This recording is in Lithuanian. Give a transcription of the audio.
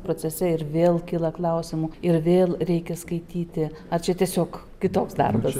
procese ir vėl kyla klausimų ir vėl reikia skaityti ar čia tiesiog kitoks darbas